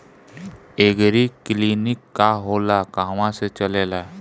एगरी clinic का होला कहवा से चलेँला?